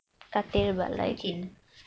kucing